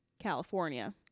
California